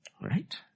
Right